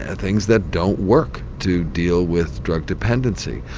ah things that don't work to deal with drug dependency.